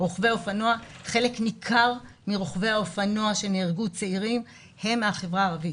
חלק ניכר מרוכבי האופנוע שנהרגו צעירים הם מהחברה הערבית.